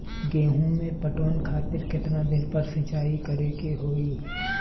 गेहूं में पटवन खातिर केतना दिन पर सिंचाई करें के होई?